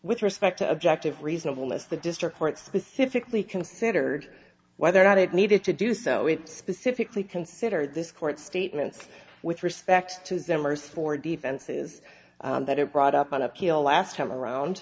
with respect to objective reasonable miss the district court specifically considered whether or not it needed to do so it specifically considered this court statements with respect to zimmer's for defenses that it brought up on appeal last time around